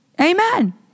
Amen